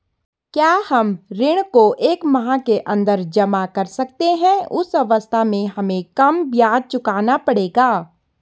क्या हम ऋण को एक माह के अन्दर जमा कर सकते हैं उस अवस्था में हमें कम ब्याज चुकाना पड़ेगा?